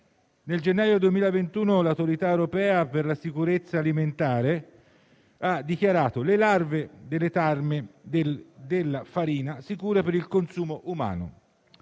Nel gennaio 2021 l'Autorità europea per la sicurezza alimentare ha dichiarato le larve delle tarme della farina sicure per il consumo umano;